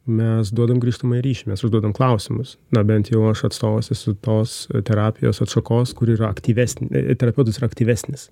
mes duodam grįžtamąjį ryšį mes užduodam klausimus na bent jau aš atstovas esu tos terapijos atšakos kur yra aktyvesnė terapeutas yra aktyvesnis